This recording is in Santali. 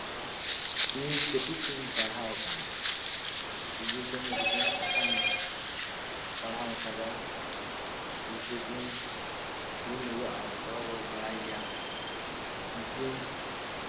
ᱤᱧ ᱠᱟᱹᱴᱤᱡ ᱠᱷᱚᱱ ᱤᱧ ᱯᱟᱲᱦᱟᱣ ᱟᱠᱟᱱᱟ ᱥᱤᱫᱩᱼᱠᱟᱱᱩ ᱛᱟᱹᱠᱤᱱᱟᱜ ᱠᱟᱛᱷᱟᱧ ᱯᱟᱲᱦᱟᱣᱟᱠᱟᱫᱟ ᱛᱤᱨᱤᱥᱮ ᱡᱩᱱ ᱦᱩᱞ ᱦᱩᱭᱩᱜᱼᱟ ᱡᱚᱛᱚ ᱦᱚᱲ ᱵᱚᱱ ᱵᱟᱲᱟᱭ ᱜᱮᱭᱟ ᱱᱩᱠᱤᱱ